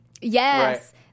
Yes